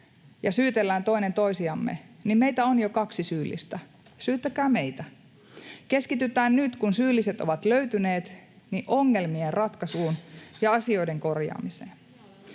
ja syytellään toinen toisiamme, niin meitä on jo kaksi syyllistä. Syyttäkää meitä. Keskitytään nyt, kun syylliset ovat löytyneet, ongelmien ratkaisuun ja asioiden korjaamiseen.